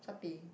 satay